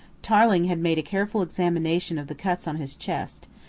tarling had made a careful examination of the cuts on his chest,